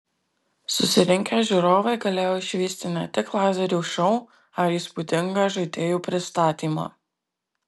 susirinkę žiūrovai galėjo išvysti ne tik lazerių šou ar įspūdingą žaidėjų pristatymą